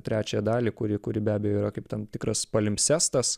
trečią dalį kuri kuri be abejo yra kaip tam tikras palimpsestas